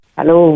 Hello